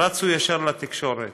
רצו ישר לתקשורת.